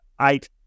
eight